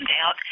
out